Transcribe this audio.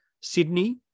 Sydney